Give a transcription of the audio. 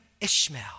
Ishmael